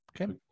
Okay